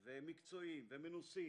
ו ומנוסים